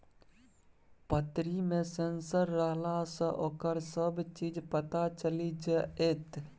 पतरी मे सेंसर रहलासँ ओकर सभ चीज पता चलि जाएत